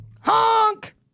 honk